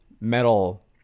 metal